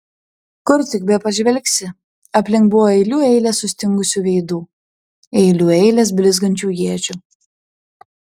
kur tik bepažvelgsi aplink buvo eilių eilės sustingusių veidų eilių eilės blizgančių iečių